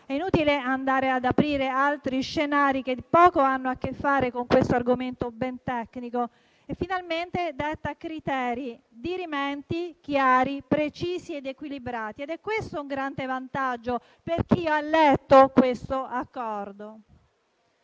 È inutile andare ad aprire altri scenari che poco hanno a che fare con questo argomento ben tecnico. Finalmente detta criteri dirimenti, chiari, precisi ed equilibrati. Questo è un grande vantaggio per chi ha letto l'Accordo